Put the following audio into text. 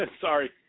Sorry